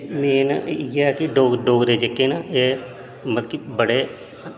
main इयै कि डोगरे जेह्के न एह् मतलव कि बड़े